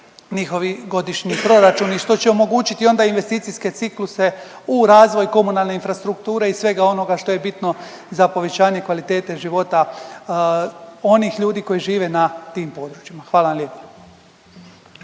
njihovi godišnji proračuni što će omogućiti onda investicijske cikluse u razvoj komunalne infrastrukture i svega onoga što je bitno za povećanje kvalitete života onih ljudi koji žive na tim područjima. Hvala vam lijepa.